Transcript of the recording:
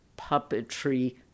puppetry